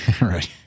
right